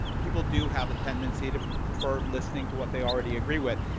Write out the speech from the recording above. people do have a tendency to prefer listening to what they already agree with.